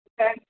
Okay